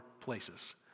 places